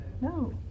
No